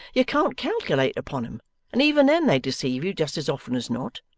you can't calculate upon em, and even then they deceive you just as often as not